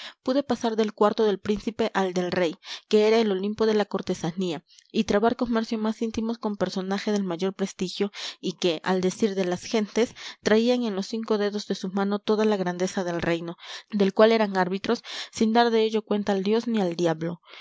pude pasar del cuarto del príncipe al del rey que era el olimpo de la cortesanía y trabar comercio más íntimo con personajes del mayor prestigio y que al decir de las gentes traían en los cinco dedos de su mano toda la grandeza del reino del cual eran árbitros sin dar de ello cuenta al dios ni al diablo